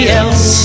else